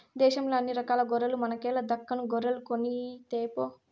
దేశంల అన్ని రకాల గొర్రెల మనకేల దక్కను గొర్రెలు కొనితేపో